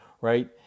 right